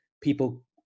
people